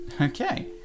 Okay